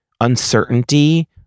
uncertainty